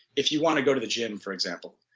if you want to go to the gym, for example,